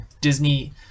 Disney